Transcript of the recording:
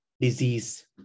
disease